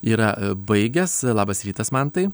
yra baigęs labas rytas mantai